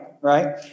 right